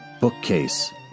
bookcase